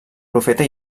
profeta